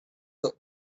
the